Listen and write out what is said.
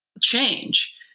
change